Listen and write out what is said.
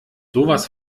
sowas